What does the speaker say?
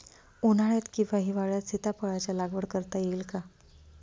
उन्हाळ्यात किंवा हिवाळ्यात सीताफळाच्या लागवड करता येईल का?